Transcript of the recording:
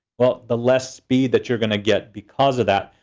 well, the less speed that you're gonna get because of that.